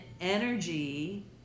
energy